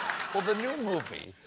but the new movie